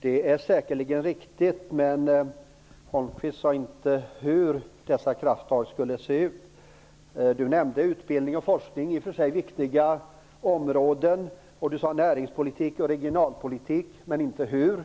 Det är säkerligen riktigt, men Nils-Göran Holmqvist sade inte hur dessa krafttag skulle se ut. Han nämnde utbildning och forskning - i och för sig viktiga områden - och han talade om näringspolitik och regionalpolitik, men inte hur.